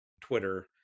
Twitter